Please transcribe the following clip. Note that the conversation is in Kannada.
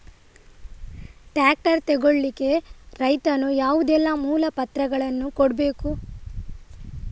ಟ್ರ್ಯಾಕ್ಟರ್ ತೆಗೊಳ್ಳಿಕೆ ರೈತನು ಯಾವುದೆಲ್ಲ ಮೂಲಪತ್ರಗಳನ್ನು ಕೊಡ್ಬೇಕು?